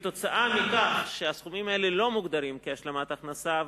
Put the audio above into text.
מכיוון שהסכומים האלה לא מוגדרים השלמת הכנסה,